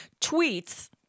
tweets